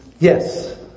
Yes